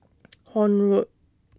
Horne Road